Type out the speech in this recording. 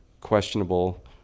questionable